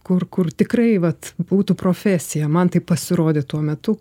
kur kur tikrai vat būtų profesija man taip pasirodė tuo metu